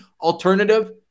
alternative